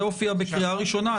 זה הופיע בקריאה ראשונה.